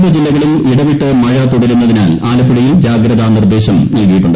സമീപജില്ലകളിൽ ഇടവിട്ട് മഴ തുടരുന്നതിനാൽ ആലപ്പുഴയിൽ ജാഗ്രതാ നിർദ്ദേശം നൽകിയിട്ടുണ്ട്